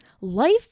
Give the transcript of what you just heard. Life